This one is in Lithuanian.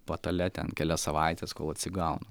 patale ten kelias savaites kol atsigaunu